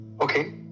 Okay